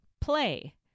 play